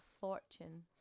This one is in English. fortune